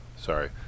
sorry